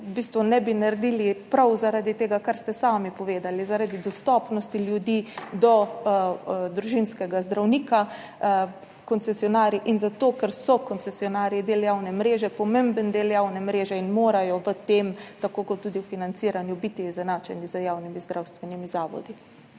ne bi naredili prav zaradi tega, kar ste sami povedali, zaradi dostopanja ljudi do družinskega zdravnika in zato ker so koncesionarji del javne mreže, pomemben del javne mreže in morajo v tem, tako kot tudi v financiranju, biti izenačeni z javnimi zdravstvenimi zavodi.